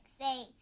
say